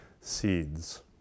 Seeds